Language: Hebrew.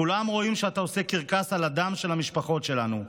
כולם רואים שאתה עושה קרקס על הדם של המשפחות שלנו.